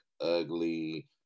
ugly